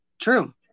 True